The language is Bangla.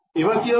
এবার কি হবে